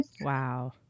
Wow